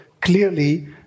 clearly